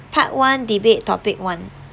part one debate topic one